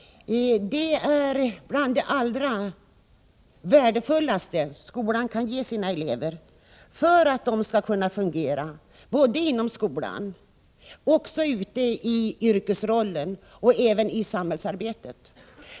Det är bland det allra värdefullaste skolan kan ge sina elever — för att de skall kunna fungera inom skolan, ute i yrkeslivet och även i samhällsarbetet.